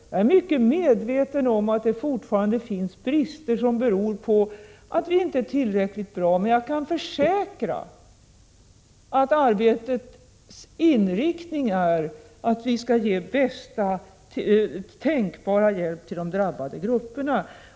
Jag är mycket medveten om att det fortfarande finns brister som beror på att vi inte är tillräckligt bra, men jag kan försäkra att arbetets inriktning är att vi skall ge bästa tänkbara hjälp till de drabbade grupperna.